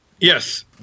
Yes